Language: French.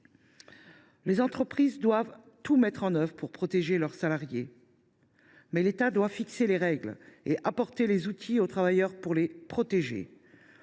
Les entreprises doivent tout mettre en œuvre pour protéger leurs salariés, mais l’État doit fixer les règles et apporter les outils aux travailleurs pour les protéger.